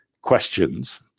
questions